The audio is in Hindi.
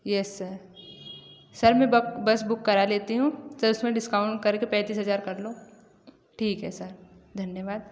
यस सर सर मैं बक बस बुक करा लेती हूँ सर उसमें डिस्काउंट करके पैंतीस हज़ार कर लो ठीक है सर धन्यवाद